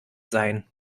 sein